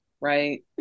right